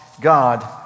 God